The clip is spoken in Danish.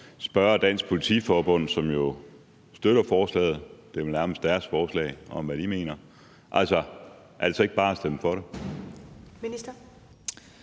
spørge Politiforbundet, som jo støtter forslaget – det er vel nærmest deres forslag – om, hvad de mener? Altså, er det så ikke bare at stemme for det?